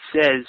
says